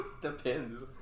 Depends